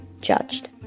judged